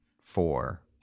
four